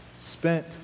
spent